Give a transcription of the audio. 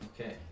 Okay